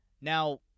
Now